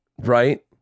right